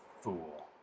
fool